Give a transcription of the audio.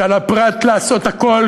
שעל הפרט לעשות הכול,